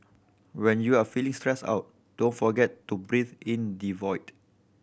when you are feeling stressed out don't forget to breathe in the void